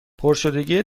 پرشدگی